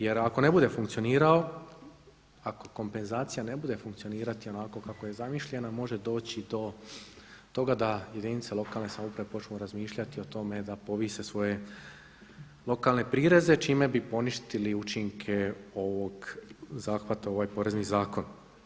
Jer ako ne bude funkcionirao, ako kompenzacija ne bude funkcionirati onako kako je zamišljena može doći do toga da jedinice lokalne samouprave počnu razmišljati o tome da povise svoje lokalne prireze čime bi poništili učinke ovog zahvata u ovaj porezni zakon.